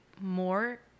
more